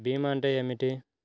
భీమా అంటే ఏమిటి?